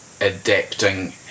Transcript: adapting